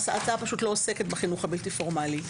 ההצעה לא עוסקת בחינוך הבלתי פורמלי.